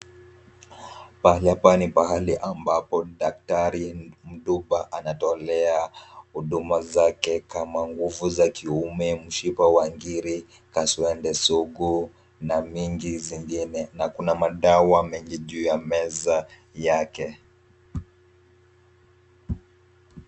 Pahali hapa ni pahali ambapo daktari ndupa anatolea huduma zake kama nguvu za kiume, mshipa wa ngiri, kaswende sugu, na mengi zingine. Na kuna madawa mengi juu ya meza yake.